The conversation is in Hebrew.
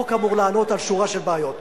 חוק אמור לענות על שורה של בעיות.